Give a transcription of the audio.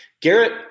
Garrett